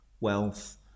wealth